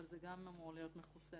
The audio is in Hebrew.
אבל זה גם אמור להיות מכוסה.